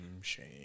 shame